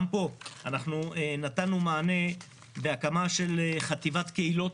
גם פה נתנו מענה בהקמה של חטיבת קהילות.